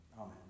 Amen